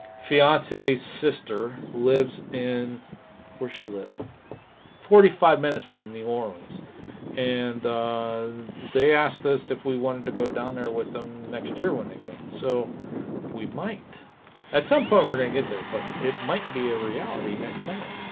fiance sister lives in where she live forty five minutes from new orleans and they asked us if we wanted to go down there with them next year when they go so we might at some point we're gonna get there but it might be a reality next summer